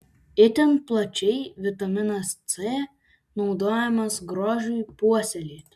itin plačiai vitaminas c naudojamas grožiui puoselėti